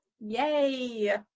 Yay